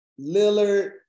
Lillard